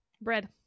Bread